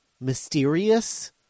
mysterious